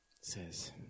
says